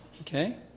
Okay